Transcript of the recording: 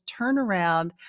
Turnaround